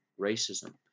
racism